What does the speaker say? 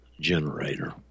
generator